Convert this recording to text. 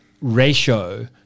ratio